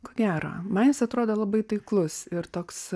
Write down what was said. ko gero man jis atrodo labai taiklus ir toks